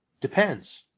Depends